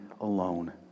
alone